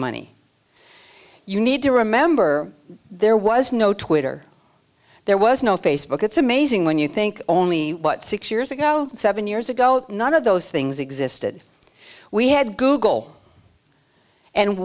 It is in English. money you need to remember there was no twitter there was no facebook it's amazing when you think only what six years ago seven years ago none of those things existed we had google and